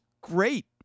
great